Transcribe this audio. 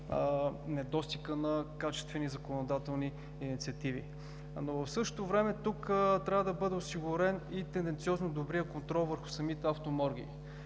недостига на качествени законодателни инициативи. В същото време трябва да бъде осигурен и традиционно добрият контрол върху самите автоморги.